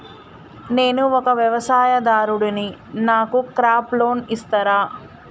నేను ఒక వ్యవసాయదారుడిని నాకు క్రాప్ లోన్ ఇస్తారా?